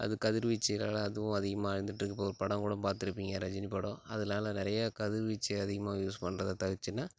அது கதிர்வீச்சுகளால் அதுவும் அதிகமாக அழிந்திகிட்ருக்கு இப்போ ஒரு படம் கூட பார்த்துருப்பீங்க ரஜினி படம் அதனால நிறையா கதிர்வீச்சு அதிகமாக யூஸ் பண்றதை தவிர்ச்சினால்